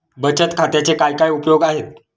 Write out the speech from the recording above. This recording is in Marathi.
बचत खात्याचे काय काय उपयोग आहेत?